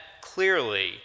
clearly